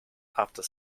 after